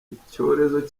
icyorezo